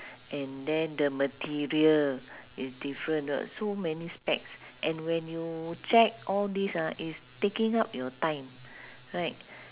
and then the material is different so many specs and when you check all these ah it's taking up your time right